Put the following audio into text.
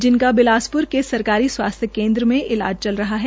इनका बिलासप्र के सरकारी स्वास्थ्य केन्द्र में इलाज चल रहा है